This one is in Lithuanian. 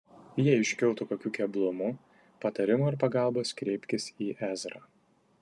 jei iškiltų kokių keblumų patarimo ir pagalbos kreipkitės į ezrą